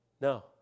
No